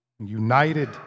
united